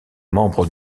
membre